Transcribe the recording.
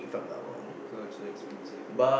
!oh-my-God! so expensive